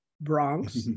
Bronx